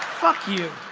fuck you